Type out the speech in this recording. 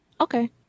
Okay